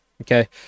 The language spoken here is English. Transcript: Okay